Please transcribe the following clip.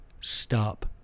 stop